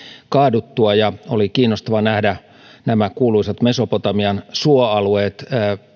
kaaduttua ja oli kiinnostavaa nähdä nämä kuuluisat mesopotamian suoalueet